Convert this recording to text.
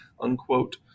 unquote